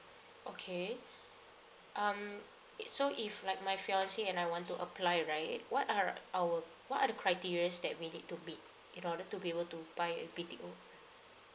okay um if so if like my fiancee and I want to apply right what are our what are the criterias that we need to meet in order to be able to buy a B_T_O